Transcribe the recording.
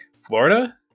Florida